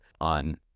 on